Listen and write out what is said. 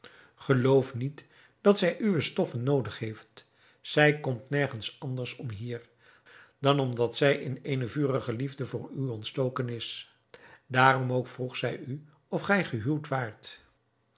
geloof niet dat zij uwe stoffen noodig heeft zij komt nergens anders om hier dan omdat zij in eene vurige liefde voor u ontstoken is daarom ook vroeg zij u of gij gehuwd waart